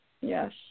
Yes